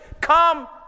come